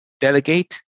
delegate